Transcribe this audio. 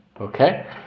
okay